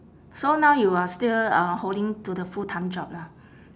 so now you are still uh holding to the full time job lah